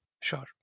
Sure